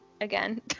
Again